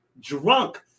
Drunk